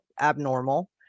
abnormal